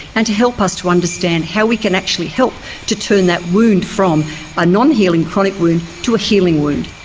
and to help us to understand how we can actually help to turn that wound from a non-healing chronic wound to a healing wound.